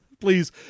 Please